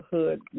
Hood